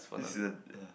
this season ya